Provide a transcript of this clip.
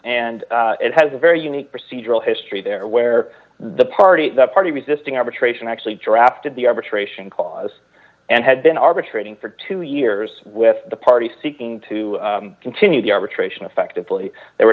and it has a very unique procedural history there where the party the party resisting arbitration actually drafted the arbitration clause and had been arbitrating for two years with the party seeking to continue the arbitration effectively there were